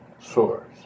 source